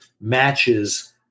matches